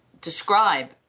describe